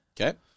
okay